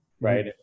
right